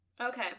Okay